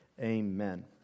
Amen